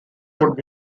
would